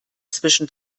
zwischen